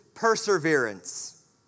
perseverance